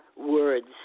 words